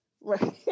Right